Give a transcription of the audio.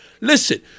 listen